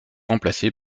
remplacé